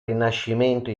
rinascimento